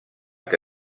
que